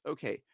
Okay